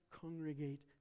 congregate